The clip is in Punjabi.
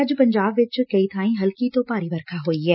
ਅੱਜ ਪੰਜਾਬ ਵਿਚ ਕਈ ਬਾਈਂ ਹਲਕੀ ਤੋਂ ਭਾਰੀ ਵਰਖਾ ਹੋਈ ਐ